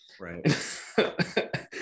Right